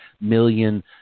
million